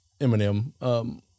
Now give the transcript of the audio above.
Eminem